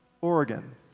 Oregon